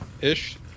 Ish